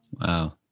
Wow